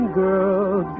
girl